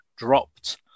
dropped